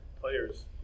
players